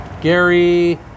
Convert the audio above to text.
Gary